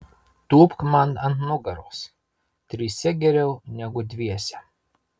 tūpk man ant nugaros trise geriau negu dviese